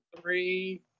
Three